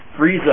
Frieza